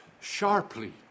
sharply